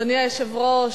אדוני היושב-ראש,